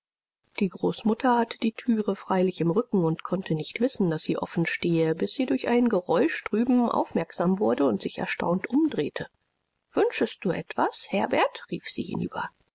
die großmama hatte die thüre freilich im rücken und konnte nicht wissen daß sie offen stehe bis sie durch ein geräusch drüben aufmerksam wurde und sich erstaunt umdrehte wünschest du etwas herbert rief sie hinüber